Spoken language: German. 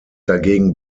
dagegen